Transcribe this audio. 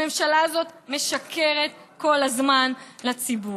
הממשלה הזאת משקרת כל הזמן לציבור.